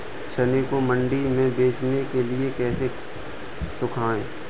चने को मंडी में बेचने के लिए कैसे सुखाएँ?